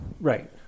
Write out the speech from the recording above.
Right